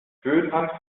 höhenangst